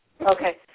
Okay